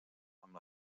amb